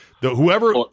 whoever